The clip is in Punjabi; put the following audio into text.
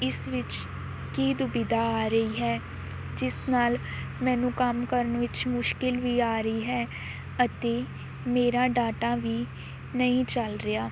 ਇਸ ਵਿੱਚ ਕੀ ਦੁਵਿਧਾ ਆ ਰਹੀ ਹੈ ਜਿਸ ਨਾਲ ਮੈਨੂੰ ਕੰਮ ਕਰਨ ਵਿੱਚ ਮੁਸ਼ਕਿਲ ਵੀ ਆ ਰਹੀ ਹੈ ਅਤੇ ਮੇਰਾ ਡਾਟਾ ਵੀ ਨਹੀਂ ਚੱਲ ਰਿਹਾ